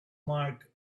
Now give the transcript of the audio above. marked